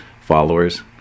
followers